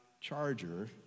charger